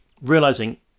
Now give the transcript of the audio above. realizing